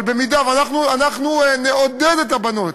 אנחנו נעודד את הבנות,